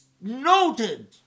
noted